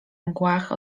mgłach